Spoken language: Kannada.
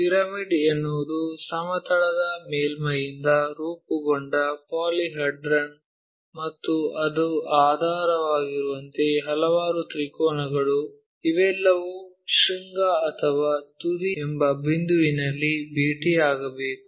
ಪಿರಮಿಡ್ ಎನ್ನುವುದು ಸಮತಲದ ಮೇಲ್ಮೈಯಿಂದ ರೂಪುಗೊಂಡ ಪಾಲಿಹೆಡ್ರನ್ ಮತ್ತು ಅದು ಆಧಾರವಾಗಿರುವಂತೆ ಹಲವಾರು ತ್ರಿಕೋನಗಳು ಇವೆಲ್ಲವೂ ಶೃಂಗ ಅಥವಾ ತುದಿ ಎಂಬ ಬಿಂದುವಿನಲ್ಲಿ ಭೇಟಿಯಾಗಬೇಕು